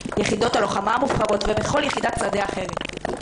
יחידות הלוחמה המובחרות ובכל יחידת שדה אחרת.